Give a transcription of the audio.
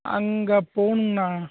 அங்கே போகணுங்ண்ணா